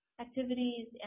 activities